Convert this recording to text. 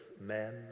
men